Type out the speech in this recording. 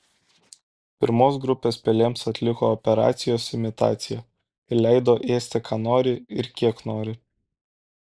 pirmos grupės pelėms atliko operacijos imitaciją ir leido ėsti ką nori ir kiek nori